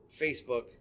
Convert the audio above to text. Facebook